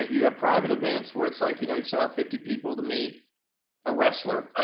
you have private events where it's like, you know, you saw fifty people to meet a wrestler. ah